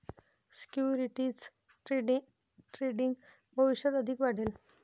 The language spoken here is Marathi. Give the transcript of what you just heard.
सिक्युरिटीज ट्रेडिंग भविष्यात अधिक वाढेल